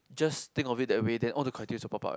just think of it that way then all the criteria will popped out